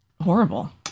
horrible